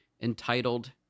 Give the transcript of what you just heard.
entitled